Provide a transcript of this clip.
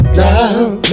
love